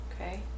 Okay